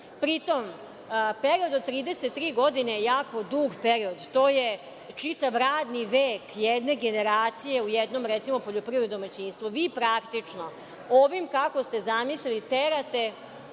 tom, period od 33 godine je jako dug period. To je čitav radni vek jedne generacije u jednom, recimo poljoprivrednom domaćinstvu. Vi praktično, ovim kako ste zamislili terate